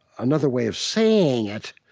another way of saying it,